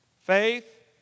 Faith